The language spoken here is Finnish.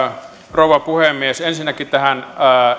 rouva puhemies ensinnäkin näihin